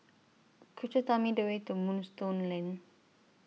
Could YOU Tell Me The Way to Moonstone Lane